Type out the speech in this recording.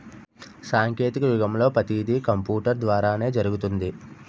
సాంకేతిక యుగంలో పతీది కంపూటరు ద్వారానే జరుగుతుంది